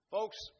Folks